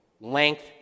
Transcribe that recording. length